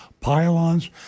pylons